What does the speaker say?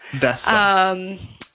Best